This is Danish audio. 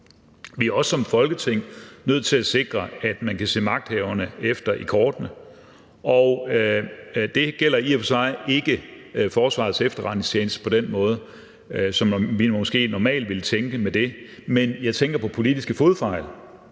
Vi er også som Folketing nødt til at sikre, at man kan se magthaverne efter i kortene. Det gælder i og for sig ikke Forsvarets Efterretningstjeneste på den måde, som vi måske normalt ville tænke med det, men jeg tænker på politiske fodfejl,